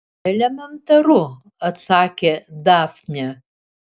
elementaru atsakė dafnė